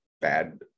bad